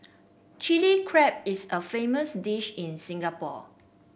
Chilli Crab is a famous dish in Singapore